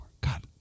God